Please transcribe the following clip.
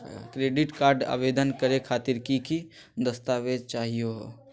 Credit card आवेदन करे खातिर की की दस्तावेज चाहीयो हो?